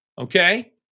okay